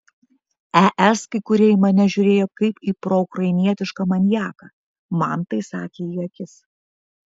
es kai kurie į mane žiūrėjo kaip ir proukrainietišką maniaką man tai sakė į akis